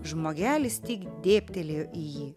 žmogelis tik dėbtelėjo į jį